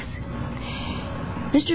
Mr